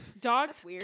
Dogs